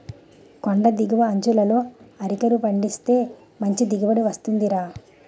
కొండి దిగువ అంచులలో అరికలు పండిస్తే మంచి దిగుబడి వస్తుందిరా